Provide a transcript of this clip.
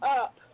up